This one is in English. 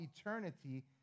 eternity